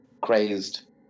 crazed